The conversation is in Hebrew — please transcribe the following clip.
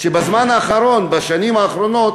ובזמן האחרון, בשנים האחרונות,